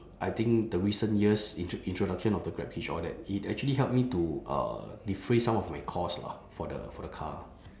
I think the recent years intro~ introduction of the grabhitch all that it actually help me to uh defray some of my cost lah for the for the car